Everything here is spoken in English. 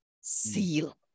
Seal